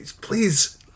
please